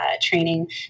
training